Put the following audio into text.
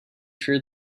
sure